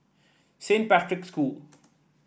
Saint Patrick's School